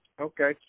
Okay